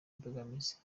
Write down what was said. imbogamizi